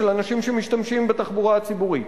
של אנשים שמשתמשים בתחבורה הציבורית.